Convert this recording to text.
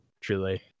truly